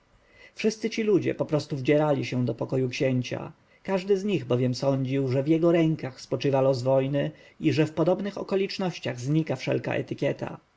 wszyscy ci ludzie poprostu wdzierali się do pokoju księcia każdy z nich bowiem sądził że w jego rękach spoczywa los wojny i że w podobnych okolicznościach znika wszelka etykieta